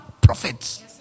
prophets